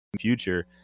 future